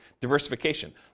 diversification